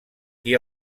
qui